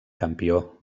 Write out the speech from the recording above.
campió